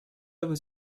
was